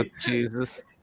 Jesus